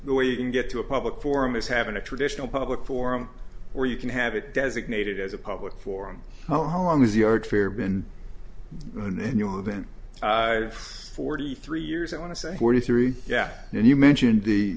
the way you can get to a public forum is having a traditional public forum where you can have it designated as a public forum oh how long is the art fair been an annual event of forty three years i want to say forty three yeah and you mentioned the